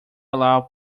allow